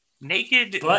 Naked